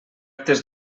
actes